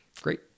great